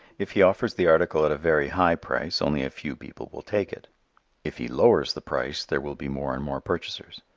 if he offers the article at a very high price only a few people will take it if he lowers the price there will be more and more purchasers.